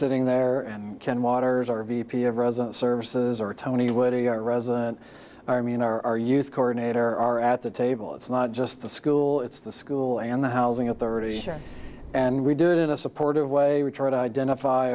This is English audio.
sitting there and ken waters or v p of resident services or tony wood or your resident army and our youth coordinator are at the table it's not just the school it's the school and the housing authority sure and we do it in a supportive way we try to identify